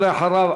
ואחריו,